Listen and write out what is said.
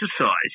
Exercise